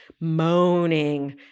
moaning